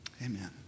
Amen